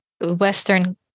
western